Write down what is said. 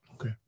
Okay